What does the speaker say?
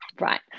Right